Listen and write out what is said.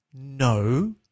No